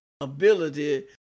ability